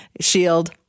shield